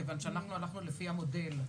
כיוון שאנחנו הלכנו לפי המודל.